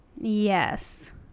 Yes